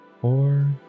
four